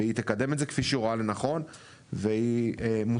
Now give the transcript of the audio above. והיא תקדם את זה כפי שהיא רואה לנכון והיא מוצלחת